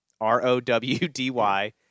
R-O-W-D-Y